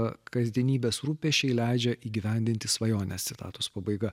kasdienybės rūpesčiai leidžia įgyvendinti svajones citatos pabaiga